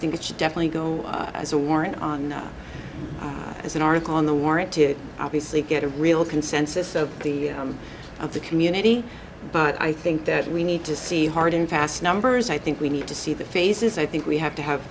think it should definitely go as a warrant on as an article on the war and to obviously get a real consensus of the of the community but i think that we need to see hard and fast numbers i think we need to see the faces i think we have to have